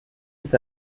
tout